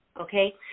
okay